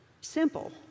Simple